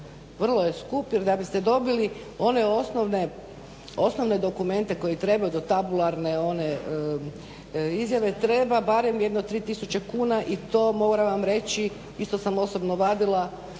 vrlo je skup, jer da bi ste dobili one osnovne dokumente koji trebaju do tabularne one izjave treba barem jedno 3 tisuće kuna i to moram vam reći isto sam osobno vadila